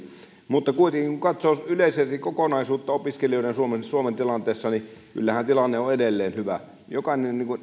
mutta kuitenkin kun katsoo yleisesti kokonaisuutta opiskelijoiden tilanteessa suomessa niin kyllähän tilanne on edelleen hyvä niin kuin